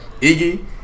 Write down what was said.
Iggy